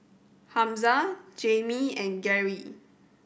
Hamza Jamey and Gary